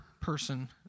person